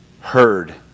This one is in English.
heard